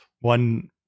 One